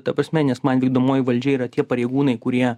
ta prasme nes man vykdomoji valdžia yra tie pareigūnai kurie